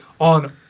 on